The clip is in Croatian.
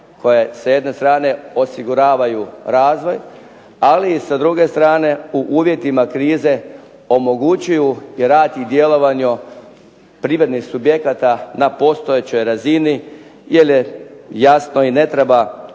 koji sa jedne strane osiguravaju razvoj, ali i sa druge strane u uvjetima krize omogućuju rad i djelovanje privrednih subjekata na postojećoj razini. Jer je jasno i ne treba